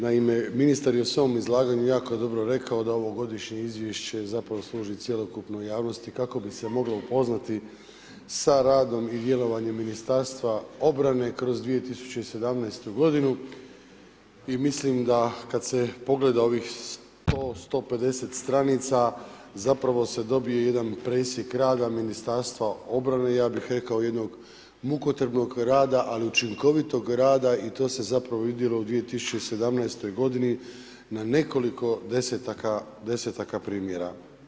Naime, ministar je u svom izlaganju jako dobro rekao da ovogodišnje Izvješće zapravo služi cjelokupnoj javnosti kako bi se moglo upoznati sa radom i djelovanje Ministarstva obrane kroz 2017. godinu i mislim da, kad se pogleda ovih 100, 150 stranica, zapravo se dobije jedan presjek rada MORH-a, ja bih rekao jednog mukotrpnog rada, ali učinkovitog rada i to se zapravo vidjelo u 2017. godini na nekoliko desetaka primjera.